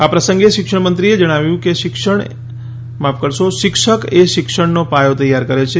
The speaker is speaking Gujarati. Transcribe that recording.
આ પ્રસંગે શિક્ષણમંત્રીએ જણાવ્યું કે શિક્ષક એ શિક્ષણનો પાયો તૈયાર કરે છે